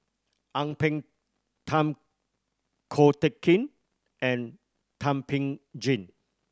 Ang Peng Tiam Ko Teck Kin and Thum Ping Tjin